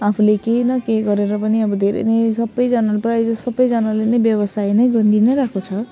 आफूले केही न केही गरेर पनि अब धेरै नै सबैजनाले प्रायः जसो सबैजनाले नै व्यवसाय नै गरी नै रहेको छ